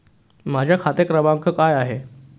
माझा खाते क्रमांक काय आहे?